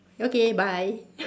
okay bye